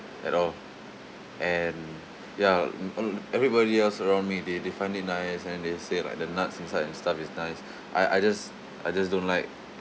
at all and ya a a lo~ everybody else around me they they find it nice and they say like the nuts inside and stuff is nice I I just I just don't like